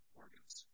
organs